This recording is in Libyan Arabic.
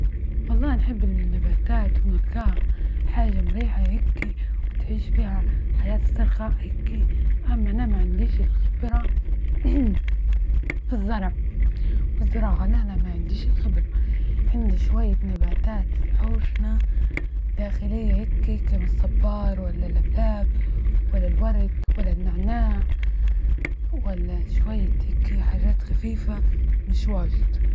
والله نحب النباتات ونلجاها حاجة مريحة هيكي، وتعيش فيها حياة إسترخاء هكي، أما أنا ما عنديش الخبرة فالزرع والزراعة، أما أنا ما عنديش الخبرة عندي شوية نباتات في حوشنا داخلية ،كيف الصبار ولا اللبلاب، ولا الورد ولا النعناع، ولا شوية حاجات هكي خفيفة مش واجد.